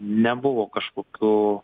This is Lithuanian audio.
nebuvo kažkokių